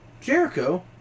Jericho